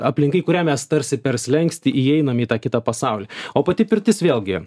aplinka į kurią mes tarsi per slenkstį įeinam į tą kitą pasaulį o pati pirtis vėlgi